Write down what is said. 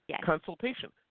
consultation